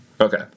Okay